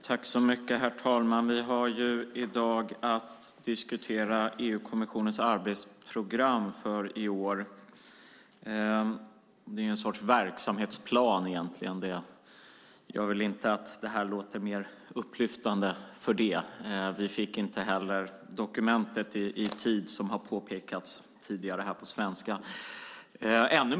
Herr talman! Vi har i dag att diskutera EU-kommissionens arbetsprogram för i år. Det är en sorts verksamhetsplan, egentligen. Jag menar inte att det låter mer upplyftande för den sakens skull. Som har påpekats här tidigare fick vi inte heller dokumentet på svenska i tid.